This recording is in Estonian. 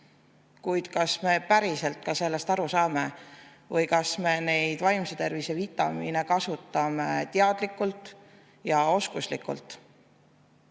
Kuid kas me päriselt ka sellest aru saame või kas me neid vaimse tervise vitamiine kasutame teadlikult ja oskuslikult?